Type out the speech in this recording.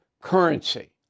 currency